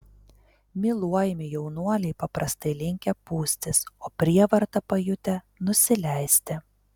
myluojami jaunuoliai paprastai linkę pūstis o prievartą pajutę nusileisti